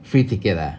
free ticket ah